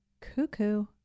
Cuckoo